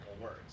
words